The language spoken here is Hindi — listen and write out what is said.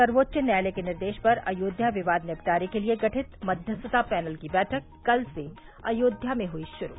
सर्वोच्च न्यायालय के निर्देश पर अयोध्या विवाद निपटारे के लिए गठित मध्यस्था पैनल की बैठक कल से अयोध्या में हुई शुरू